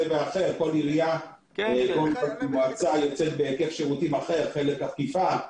או אחר כל מועצה יוצאת בהיקף שירותים אחר - חלק אכיפה,